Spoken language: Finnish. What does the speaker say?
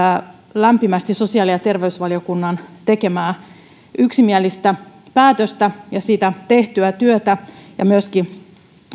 lämpimästi sosiaali ja terveysvaliokunnan tekemää yksimielistä päätöstä ja sitä tehtyä työtä ja myöskin